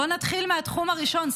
בואו נתחיל מהתחום הראשון.